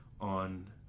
on